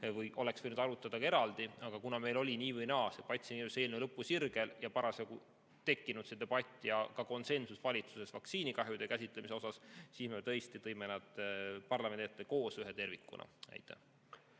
Oleks võinud arutada ka eraldi, aga kuna meil oli nii või naa see patsiendikindlustuse eelnõu lõpusirgel ja parasjagu tekkinud see debatt ja ka konsensus valitsuses vaktsiinikahjude käsitlemise osas, siin me tõesti tõime nad parlamendi ette koos ühe tervikuna. Aitäh!